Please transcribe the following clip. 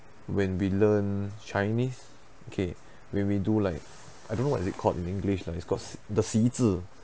when we learn chinese okay when we do like I don't know what is it called in english lah it's called the si zi